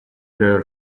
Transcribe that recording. their